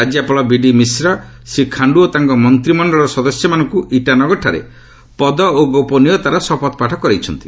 ରାଜ୍ୟପାଳ ବିଡି ମିଶ୍ରା ଶ୍ରୀ ଖାଣ୍ଡୁ ଓ ତାଙ୍କ ମନ୍ତିମଣ୍ଡଳର ସଦସ୍ୟମାନଙ୍କୁ ଇଟାନଗରଠାରେ ପଦ ଓ ଗୋପନୀୟତାର ଶପଥପାଠ କରାଇଛନ୍ତି